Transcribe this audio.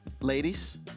ladies